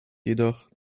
jedoch